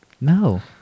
No